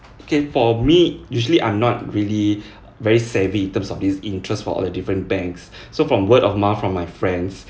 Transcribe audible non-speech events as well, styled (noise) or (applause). okay for me usually I'm not really (breath) very savvy in terms of these interests from all the different banks (breath) so from word of mouth from my friends